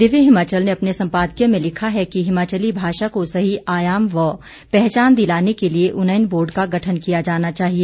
दिव्य हिमाचल अपने सम्पादकीय में लिखा है कि हिमाचली भाषा को सही आयाम व पहचान दिलाने के लिए उन्नयन बोर्ड का गठन किया जाना चाहिए